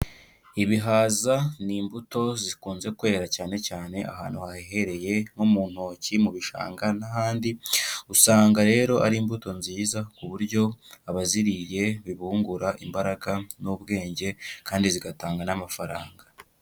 Ibihaza ni imbuto zikunze kwera cyane cyane ahantu hahehereye nko mu ntoki, mu bishanga n'ahandi, usanga rero ari imbuto nziza ku buryo abaziriye bibungura imbaraga n'ubwenge kandi zigatanga n'amafaranga.